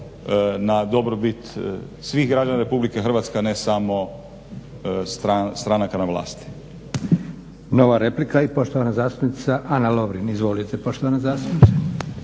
na dobrobit svih građana RH, a ne samo stranaka na vlasti.